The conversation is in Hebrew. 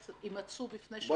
יימצאו בפני שוקת שבורה.